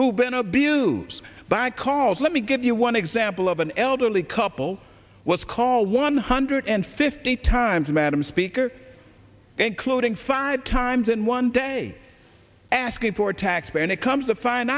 have been abused by calls let me give you one example of an elderly couple let's call one hundred and fifty times madam speaker including five times in one day asking for taxpayer and it comes to find